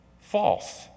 false